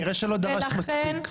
כנראה שלא דרשת מספיק.